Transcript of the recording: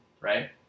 right